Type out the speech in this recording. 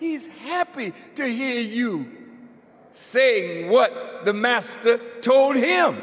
he's happy to hear you say what the master told him